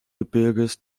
gebirges